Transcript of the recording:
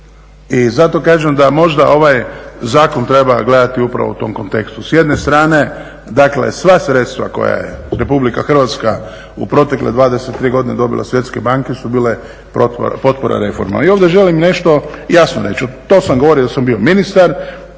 I zato kažem da možda ovaj zakon treba gledati upravo u tom kontekstu. S jedne strane, dakle sva sredstva koja je RH u protekle 23 godine dobila od Svjetske banke su bile potpora i reforma. I ovdje želim nešto jasno reći, to sam govorio dok sam bio ministar